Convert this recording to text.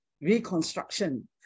reconstruction